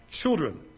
children